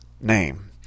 name